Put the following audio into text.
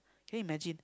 can you imagine